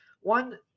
One